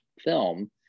film